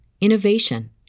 innovation